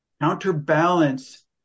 counterbalance